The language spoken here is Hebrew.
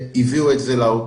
והם הביאו את זה לאוצר.